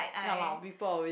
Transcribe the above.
ya loh people always